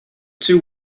two